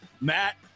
Matt